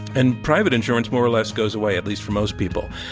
and private insurance more or less goes away, at least, for most people.